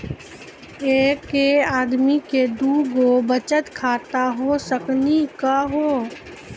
एके आदमी के दू गो बचत खाता हो सकनी का हो?